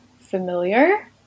familiar